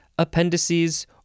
appendices